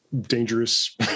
dangerous